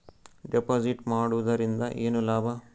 Deposit ಮಾಡುದರಿಂದ ಏನು ಲಾಭ?